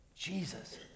Jesus